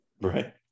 Right